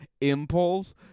impulse